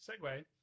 segue